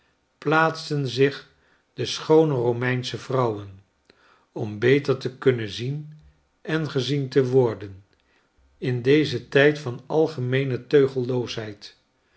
plaatsen zich de schoone romeinsche vrouwen om beter te kunnen zien en gezien te worden in dezen tijd van